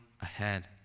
ahead